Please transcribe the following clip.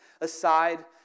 aside